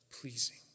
pleasing